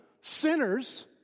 sinners